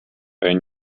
ein